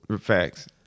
Facts